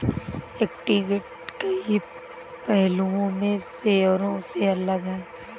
equity कई पहलुओं में शेयरों से अलग है